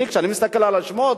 כשאני מסתכל על השמות,